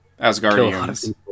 Asgardians